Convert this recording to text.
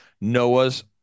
Noah's